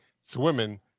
swimming